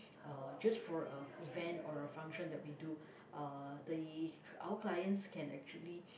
uh just for a event or a function that we do uh the our clients can actually